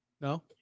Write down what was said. No